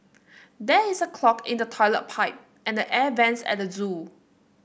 there is a clog in the toilet pipe and the air vents at the zoo